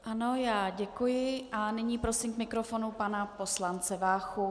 Ano, já děkuji a nyní prosím k mikrofonu pana poslance Váchu.